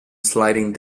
sliding